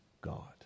God